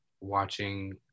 watching